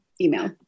email